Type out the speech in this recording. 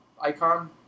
icon